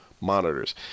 monitors